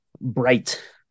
bright